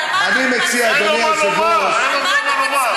היא דווקא גירתה אותי לעלות, לא, אשמח.